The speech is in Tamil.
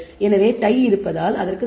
எனவேடய் இருப்பதால் அதற்கு 6